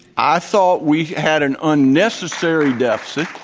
i thought we had an unnecessary deficit.